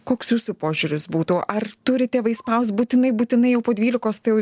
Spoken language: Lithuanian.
koks jūsų požiūris būtų ar turi tėvai spaust būtinai būtinai jau po dvylikos tai jau